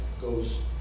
goes